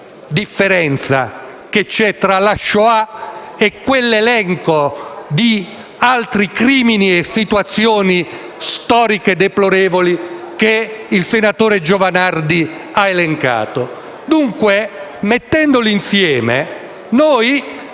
differenza che c'è tra la Shoah e quell'elenco di altri crimini e situazioni storiche deplorevoli che il senatore Giovanardi ha elencato. Dunque mettendoli insieme